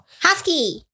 Husky